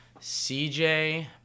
CJ